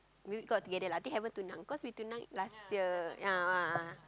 maybe we go out together lah I think haven't tunang cause we tunang last year ya a'ah